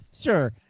Sure